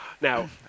Now